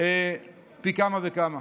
פי כמה וכמה.